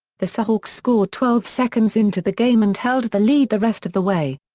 the seahawks scored twelve seconds into the game and held the lead the rest of the way.